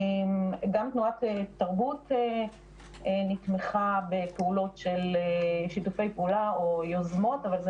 גם תנועת תרבות נתמכה בפעולות של שיתופי פעולה או יוזמות אבל זה